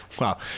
Wow